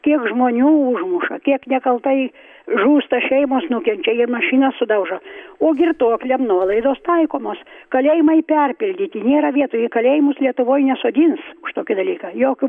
tiek žmonių užmuša tiek nekaltai žūsta šeimos nukenčia jei mašina sudaužo o girtuokliam nuolaidos taikomos kalėjimai perpildyti nėra vietų į kalėjimus lietuvoj nesodins už tokį dalyką jokių